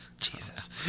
Jesus